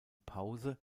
pause